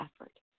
effort